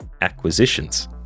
acquisitions